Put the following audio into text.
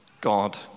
God